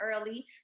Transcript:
early